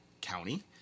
County